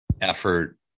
effort